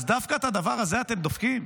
אז דווקא את הדבר הזה אתם דופקים?